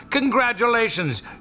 Congratulations